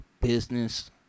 business